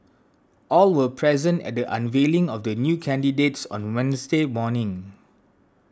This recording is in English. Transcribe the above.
all were present at the unveiling of the new candidates on Wednesday morning